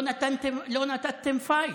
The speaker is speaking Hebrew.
לא נתתם פייט.